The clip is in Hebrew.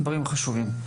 דברים חשובים.